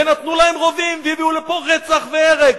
ונתנו להם רובים, והביאו לפה רצח והרג.